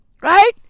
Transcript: Right